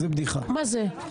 מה זה?